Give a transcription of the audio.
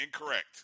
Incorrect